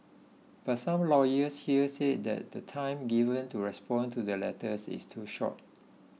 but some lawyers here say that the time given to respond to the letters is too short